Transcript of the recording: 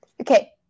Okay